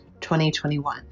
2021